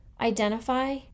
identify